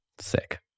Sick